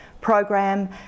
program